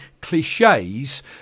cliches